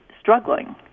struggling